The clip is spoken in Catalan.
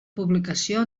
publicació